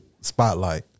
spotlight